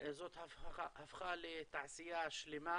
זאת הפכה לתעשייה שלמה